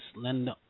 slender